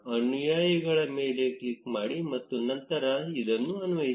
ಅನುಯಾಯಿಗಳ ಮೇಲೆ ಕ್ಲಿಕ್ ಮಾಡಿ ಮತ್ತು ನಂತರ ಇದನ್ನು ಅನ್ವಯಿಸಿ